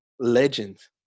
Legends